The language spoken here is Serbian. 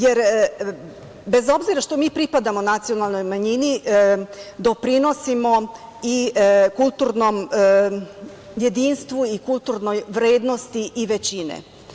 Jer, bez obzira što mi pripadamo nacionalnoj manjini, doprinosimo i kulturnom jedinstvu i kulturnoj vrednosti i većine.